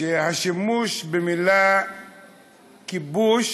שהשימוש במילה כיבוש